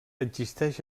existeix